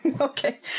okay